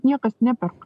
niekas neperk